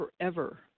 forever